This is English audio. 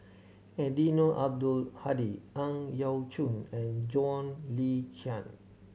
Eddino Abdul Hadi Ang Yau Choon and John Le Cain